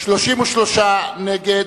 33 נגד,